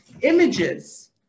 Images